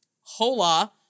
hola